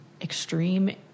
extreme